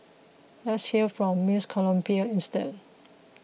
let's hear from Miss Colombia instead